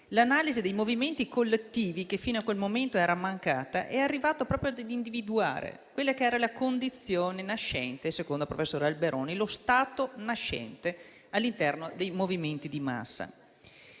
l'analisi dei movimenti collettivi, che fino a quel momento era mancata, è arrivata ad individuare la condizione nascente, secondo il professor Alberoni, lo stato nascente all'interno dei movimenti di massa.